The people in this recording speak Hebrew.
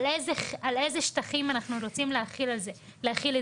כמו על איזה שטחים אנחנו רוצים להחיל את זה.